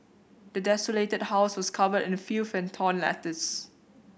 the desolated house was covered in filth and torn letters